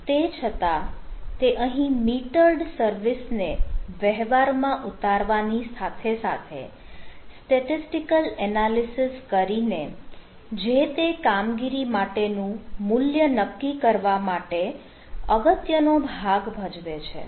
તે છતાં તે અહીં મીટર્ડ સર્વિસ ને વહેવારમાં ઉતારવાની સાથે સાથે સ્ટેટિસ્ટિકલ એનાલિસિસ કરીને જે તે કામગીરી માટે નું મૂલ્ય નક્કી કરવા માટે અગત્યનો ભાગ ભજવે છે